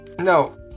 No